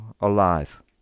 alive